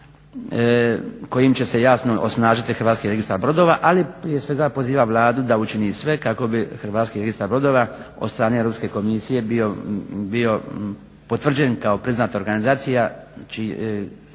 učini sve kako bi Hrvatski registar brodova ali prije svega poziva Vladu da učini sve kako bi Hrvatski registar brodova od strane Europske komisije bio potvrđen kao priznata organizacija